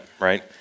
right